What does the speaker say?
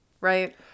right